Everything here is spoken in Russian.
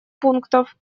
пунктов